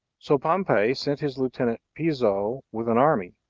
so pompey sent his lieutenant piso with an army,